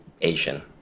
Asian